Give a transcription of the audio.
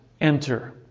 enter